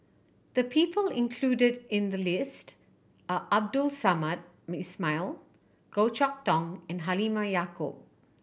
the people included in the list are Abdul Samad Ismail Goh Chok Tong and Halimah Yacob